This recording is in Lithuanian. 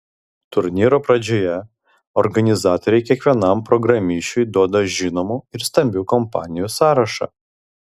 turnyro pradžioje organizatoriai kiekvienam programišiui duoda žinomų ir stambių kompanijų sąrašą